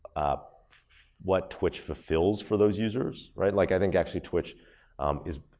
ah what twitch fulfills for those users, right. like i think actually twitch is,